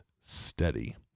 steady